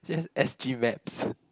just s_g maps